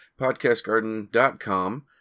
PodcastGarden.com